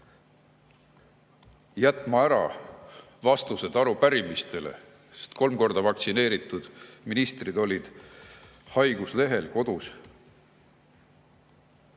jätma ära vastused arupärimistele? Sest kolm korda vaktsineeritud ministrid olid haiguslehel ja kodus.